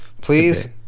Please